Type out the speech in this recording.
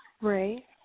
Right